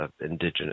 indigenous